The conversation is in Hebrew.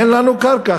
אין לנו קרקע,